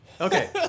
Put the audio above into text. Okay